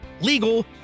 legal